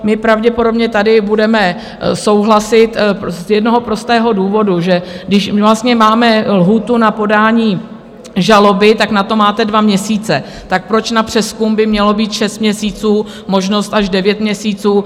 My pravděpodobně tady budeme souhlasit z jednoho prostého důvodu, že když vlastně máme lhůtu na podání žaloby, tak na to máte dva měsíce, tak proč na přezkum by mělo být šest měsíců, možnost až devět měsíců?